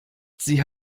sie